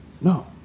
No